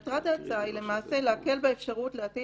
מטרת ההצעה היא למעשה להקל באפשרות להטיל